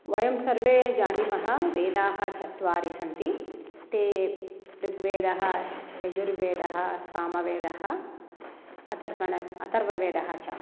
वयं सर्वे जानीमः वेदाः चत्वारि सन्ति ते ऋग्वेदः यजुर्वेदः सामवेदः अतर्वणः अथर्ववेदः च